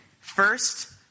First